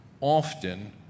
often